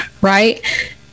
right